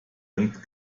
und